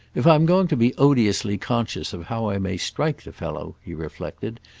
if i'm going to be odiously conscious of how i may strike the fellow, he reflected,